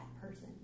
person